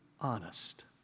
honest